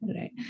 right